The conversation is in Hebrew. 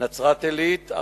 נצרת-עילית,